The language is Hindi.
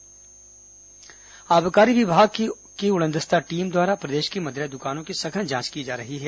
आबकारी विभाग कार्रवाई आबकारी विभाग की उड़नदस्ता टीम द्वारा प्रदेश की मदिरा दुकानों की सघन जांच की जा रही है